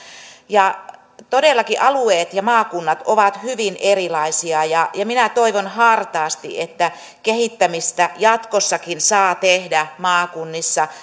todellakin alueet ja maakunnat ovat hyvin erilaisia ja ja minä toivon hartaasti että kehittämistä jatkossakin saa tehdä maakunnissa